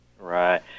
Right